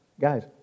guys